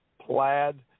plaid